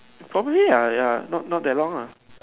probably ah ya not not that long ah